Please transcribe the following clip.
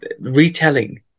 retelling